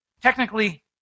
Technically